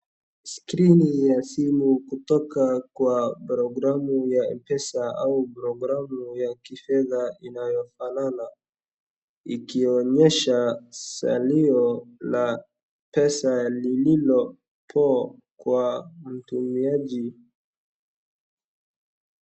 Screen ya simu ya kutoka kwa program ya M-pesa au program ya kifedha inayofanana, ikionyesha salio ya pesa lililopo kwa mtumiaji.